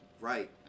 Right